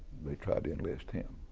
they tried to enlist him.